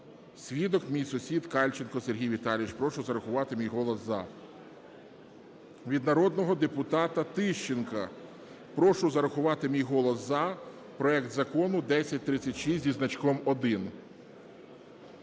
Свідок – мій сусід Кальченко Сергій Віталійович. Прошу зарахувати мій голос "за". Від народного депутата Тищенка: прошу зарахувати мій голос "за" проект Закону 1036 зі значком 1.